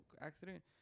accident